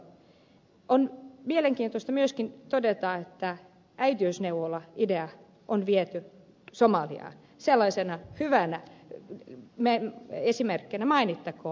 haavisto on mielenkiintoista myöskin todeta että äitiysneuvolaidea on viety somaliaan sellaisena hyvänä esimerkkinä mainittakoon